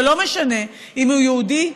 ולא משנה אם הוא יהודי,